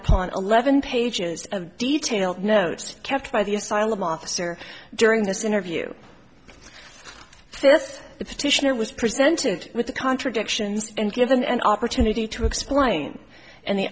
upon eleven pages of detailed notes kept by the asylum officer during this interview this petitioner was presented with the contradictions and given an opportunity to explain and the